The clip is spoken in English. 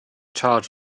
charge